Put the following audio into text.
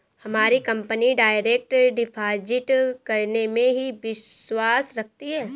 हमारी company direct deposit करने में ही विश्वास रखती है